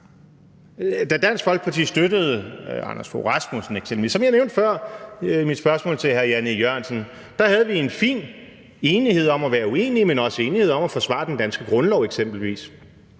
da Dansk Folkeparti støttede Anders Fogh Rasmussen. Som jeg nævnte før i mit spørgsmål til hr. Jan E. Jørgensen, havde vi en fin enighed om at være uenige, men også en enighed om eksempelvis at forsvare den danske grundlov.